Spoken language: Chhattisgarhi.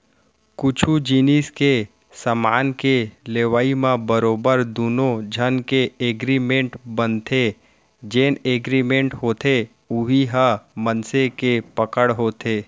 कुछु जिनिस के समान के लेवई म बरोबर दुनो झन के एगरिमेंट बनथे जेन एगरिमेंट होथे उही ह मनसे के पकड़ होथे